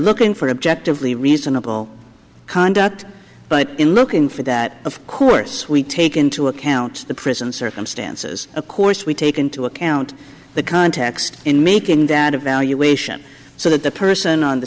looking for objective lee reasonable conduct but in looking for that of course we take into account the prison circumstances of course we take into account the context in making that evaluation so that the person on the